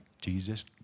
Jesus